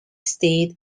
states